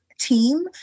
team